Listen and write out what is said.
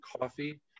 coffee